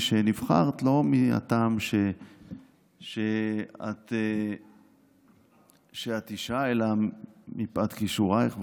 שנבחרת לא מהטעם שאת אישה אלא מפאת כישורייך,